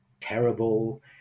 terrible